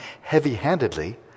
heavy-handedly